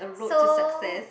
so